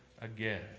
again